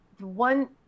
one